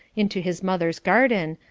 into his mother's garden,